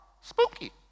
spooky